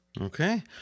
Okay